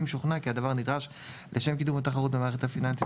אם שוכנע כי הדבר נדרש לשם קידום התחרות במערכת הפיננסית